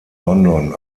london